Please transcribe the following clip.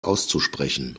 auszusprechen